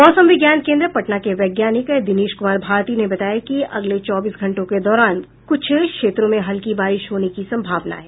मौसम विज्ञान केन्द्र पटना के वैज्ञानिक दिनेश कुमार भारती ने बताया कि अगले चौबीस घंटों के दौरान कुछ क्षेत्रों में हल्की बारिश होने की संभावना है